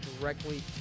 directly